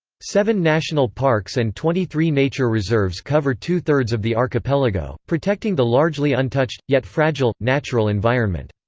seven national parks and twenty-three nature reserves cover two-thirds of the archipelago, protecting the largely untouched yet fragile, natural environment.